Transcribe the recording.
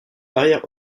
arrière